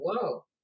whoa